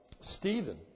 Stephen